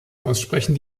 aussprechen